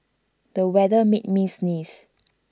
the weather made me sneeze